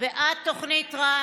בעד תוכנית טראמפ,